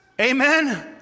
Amen